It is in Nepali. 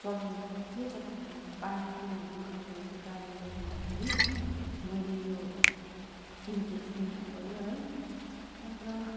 चलाउन सक्थेँ तर हाम्रोमा पानीको दुःख भएको कारणले गर्दाखेरि मैले यो सिन्टेक्स किन्न पर्यो है अन्त